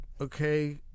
Okay